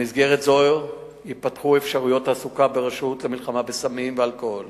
במסגרת זו ייפתחו אפשרויות תעסוקה ברשות למלחמה בסמים ואלכוהול